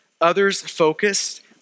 others-focused